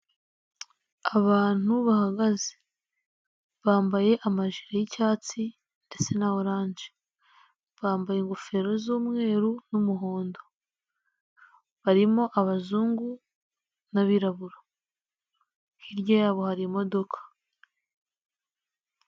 Abantu bahagaze bambaye amajire y'icyatsi ndetse na oranje, bambaye ingofero z'umweru n'umuhondo, barimo abazungu n'abirabura hirya yabo hari imodoka.